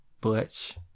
Butch